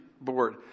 board